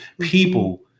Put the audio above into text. people